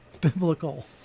biblical